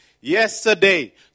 yesterday